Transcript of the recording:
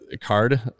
Card